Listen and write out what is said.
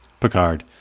Picard